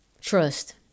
Trust